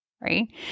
right